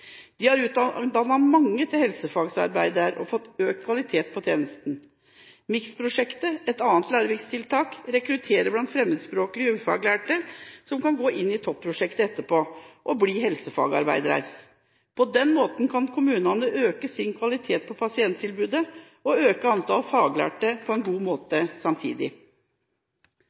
De har utdannet mange til helsefagarbeidere og fått økt kvalitet på tjenesten. MIKS-prosjektet, et annet Larvik-tiltak, rekrutterer blant fremmedspråklige ufaglærte som kan gå inn i TOPP-prosjektet etterpå og bli helsefagarbeidere. På den måten kan kommunene øke kvaliteten i pasienttilbudet og øke antall faglærte på en god måte samtidig.